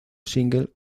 single